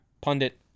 pundit